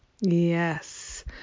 Yes